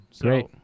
Great